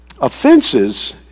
offenses